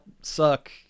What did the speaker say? suck